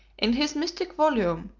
in his mystic volume,